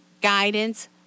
guidance